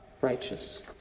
righteous